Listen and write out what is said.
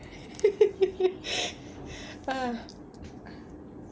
ah